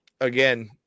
again